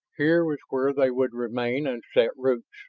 here was where they would remain and set roots.